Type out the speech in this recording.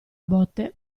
botte